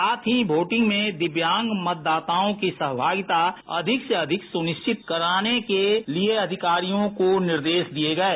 साथ ही वोटिंग में दिव्यांग मतदाताओं की सहमागिता अधिक से अधिक सुनिश्चित करने के अधिकारियों के निर्देश दिये गये